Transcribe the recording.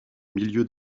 milieu